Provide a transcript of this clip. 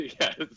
Yes